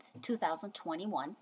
2021